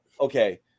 okay